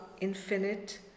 infinite